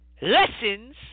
lessons